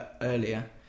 earlier